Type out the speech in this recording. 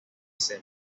said